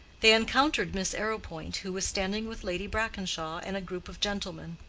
they encountered miss arrowpoint, who was standing with lady brackenshaw and a group of gentlemen.